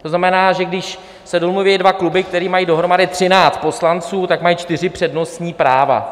To znamená, že když se domluví dva kluby, které mají dohromady 13 poslanců, tak mají čtyři přednostní práva.